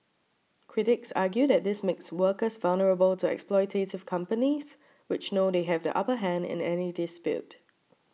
critics argue that this makes workers vulnerable to exploitative companies which know they have the upper hand in any dispute